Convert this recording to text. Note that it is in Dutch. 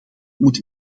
moet